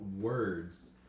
words